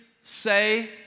say